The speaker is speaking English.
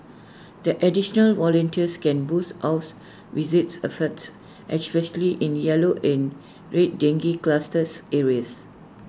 the additional volunteers can boost house visit efforts especially in yellow and red dengue clusters areas